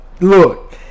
Look